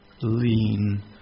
lean